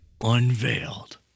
unveiled